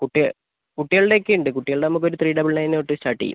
കുട്ടികൾ കുട്ടികളുടെ ഒക്കെ ഉണ്ട് കുട്ടികളുടെ നമുക്ക് ഒരു ത്രീ ഡബിൾ നൈൻ തൊട്ട് സ്റ്റാർട്ട് ചെയ്യും